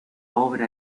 obra